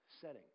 setting